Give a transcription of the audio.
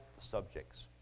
subjects